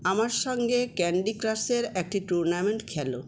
আমার সঙ্গে ক্যান্ডি ক্রাশের একটি টুর্নামেন্ট খেলো